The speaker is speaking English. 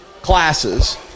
classes